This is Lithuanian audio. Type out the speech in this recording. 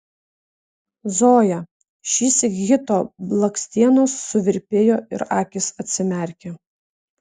zoja šįsyk hito blakstienos suvirpėjo ir akys atsimerkė